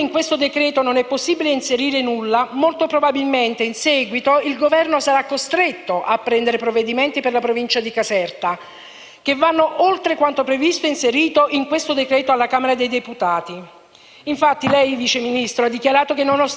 che vanno oltre quanto previsto e inserito nel decreto-legge in esame alla Camera dei deputati. Infatti lei, Vice Ministro, ha dichiarato che, nonostante le misure intraprese alla Camera dei deputati per le Province in dissesto al 31 dicembre 2015 e i fondi stanziati per l'edilizia scolastica, effettivamente,